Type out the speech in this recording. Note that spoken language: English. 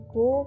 go